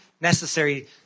necessary